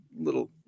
little